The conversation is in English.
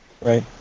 Right